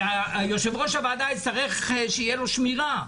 יושב-ראש הוועדה יצטרך שתהיה לו שמירה.